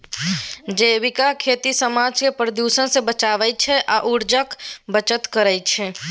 जैबिक खेती समाज केँ प्रदुषण सँ बचाबै छै आ उर्जाक बचत करय छै